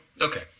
okay